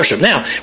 Now